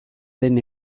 den